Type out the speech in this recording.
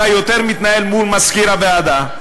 אתה יותר מתנהל מול מזכיר הוועדה.